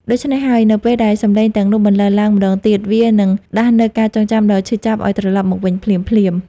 ដូច្នេះហើយ នៅពេលដែលសម្លេងទាំងនេះបន្លឺឡើងម្តងទៀត វានឹងដាស់នូវការចងចាំដ៏ឈឺចាប់ឱ្យត្រឡប់មកវិញភ្លាមៗ